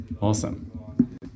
Awesome